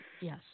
Yes